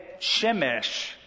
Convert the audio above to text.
Shemesh